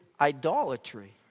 idolatry